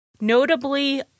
notably